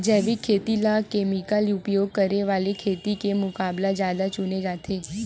जैविक खेती ला केमिकल उपयोग करे वाले खेती के मुकाबला ज्यादा चुने जाते